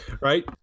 right